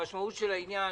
המשמעות של העניין,